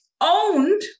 owned